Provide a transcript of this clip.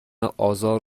آزار